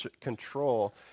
control